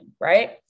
Right